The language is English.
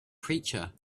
creature